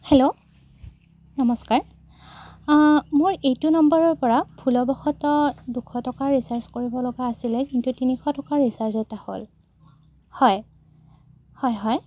hello নমস্কাৰ মোৰ এইটো নম্বৰৰ পৰা ভুলবশতঃ দুশ টকাৰ ৰিচাৰ্জ কৰিব লগা আছিলে কিন্তু তিনিশ টকাৰ ৰিচাৰ্জ এটা হ'ল হয় হয় হয়